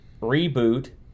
reboot